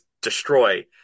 destroy